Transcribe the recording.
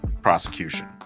prosecution